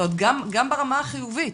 גם ברמה החיובית.